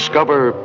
Discover